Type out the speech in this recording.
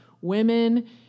women